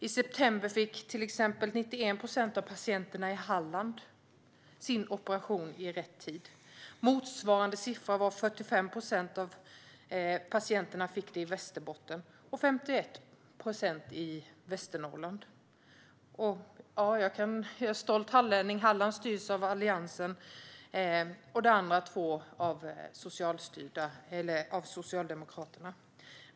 I september fick till exempel 91 procent av patienterna i Halland sin operation i rätt tid, medan motsvarande siffra för Västerbotten var 45 procent och för Västernorrland 51 procent. Jag är stolt hallänning. Halland styrs av Alliansen, medan de andra två styrs av Socialdemokraterna.